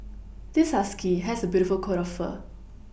this husky has a beautiful coat of fur